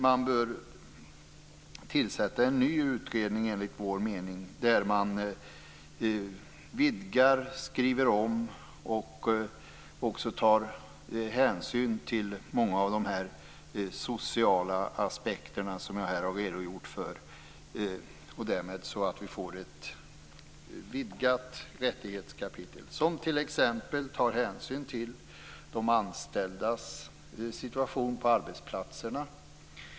Man bör tillsätta en ny utredning som bör vidga, skriva om och ta hänsyn till de sociala aspekter jag har redogjort för. Därmed kan det bli ett vidgat rättighetskapitel som t.ex. tar hänsyn till de anställdas situation på arbetsplatserna.